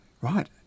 Right